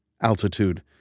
altitude